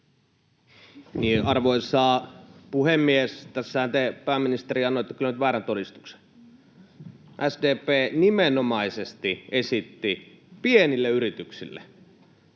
Arvoisa puhemies! Tässähän te, pääministeri, annoitte kyllä nyt väärän todistuksen. SDP nimenomaisesti esitti pienille yrityksille